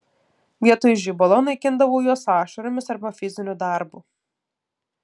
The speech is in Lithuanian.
vietoj žibalo naikindavau juos ašaromis arba fiziniu darbu